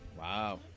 Wow